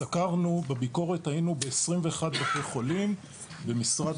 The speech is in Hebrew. בביקורת היינו ב-21 בתי חולים ב משרד